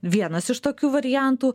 vienas iš tokių variantų